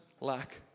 lack